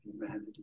humanity